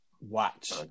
Watch